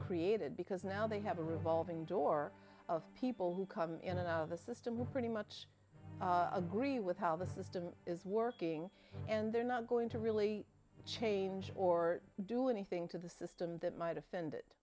created because now they have a revolving door of people who come in and out of the system pretty much agree with how the system is working and they're not going to really change or do anything to the system that might offend